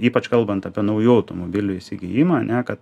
ypač kalbant apie naujų automobilių įsigijimą ane kad